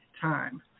time